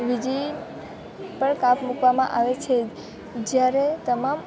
વીજળી પર કાપ મૂકવામાં આવે છે જ્યારે તમામ